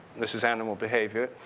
this is animal behavior.